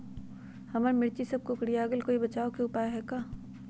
हमर मिर्ची सब कोकररिया गेल कोई बचाव के उपाय है का?